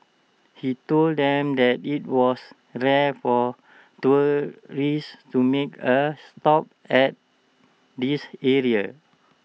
he told them that IT was rare for tourists to make A stop at this area